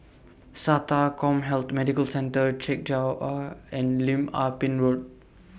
Sata Commhealth Medical Centre Chek Jawa and Lim Ah Pin Road